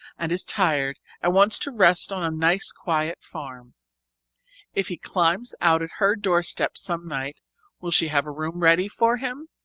and is tired and wants to rest on a nice quiet farm if he climbs out at her doorstep some night will she have a room ready for him?